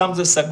שם זה סגור,